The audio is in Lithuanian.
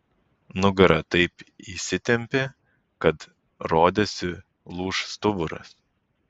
nugara taip įsitempė kad rodėsi lūš stuburas